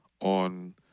on